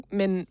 men